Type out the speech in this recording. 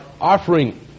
offering